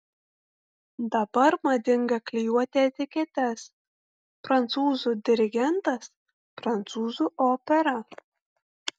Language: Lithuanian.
dabar madinga klijuoti etiketes prancūzų dirigentas prancūzų opera